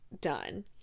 done